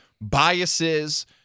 biases